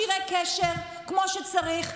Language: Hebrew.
מה עם מכשירי קשר כמו שצריך?